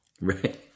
Right